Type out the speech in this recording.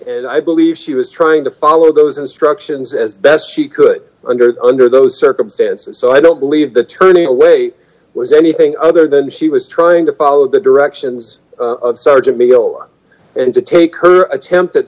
and i believe she was trying to follow those instructions as best she could under under those circumstances so i don't believe the turning away was anything other than she was trying to follow the directions of sergeant meal and to take her attempt at